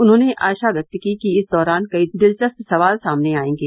उन्होंने आशा की कि इस दौरान कई दिलचस्प सवाल सामने आयेंगे